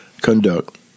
conduct